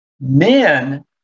Men